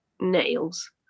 nails